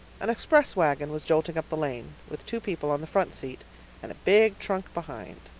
an express wagon was jolting up the lane, with two people on the front seat and a big trunk behind.